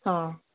ହଁ